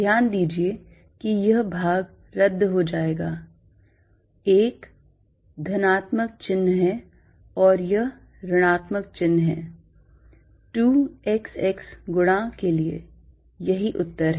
ध्यान दीजिए कि यह भाग रद्द हो जाएगा 1 धनात्मक चिह्न है और 1 ऋणात्मक चिह्न है 2 xx गुणा के लिए यही उत्तर है